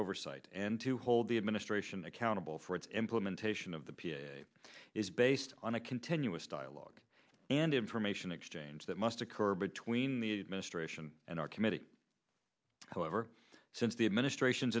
oversight and to hold the administration accountable for its implementation of the is based on a continuous dialogue and information exchange that must occur between the administration and our committee however since the administration's